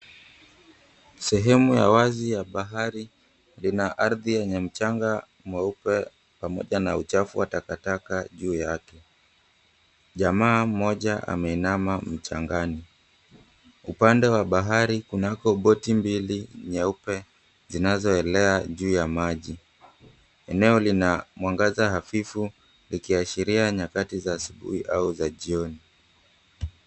Sehemu ya wazi ya bahari, lina ardhi yenye mchanga mweupe pamoja na uchafu wa takataka juu yake. Jamaa mmoja ameinama mchangani. Upande wa bahari, kunako boti mbili nyeupe zinazoelea juu ya maji. Eneo lina mwangaza hafifu, likiashiria nyakati za asubuhi au za jioni.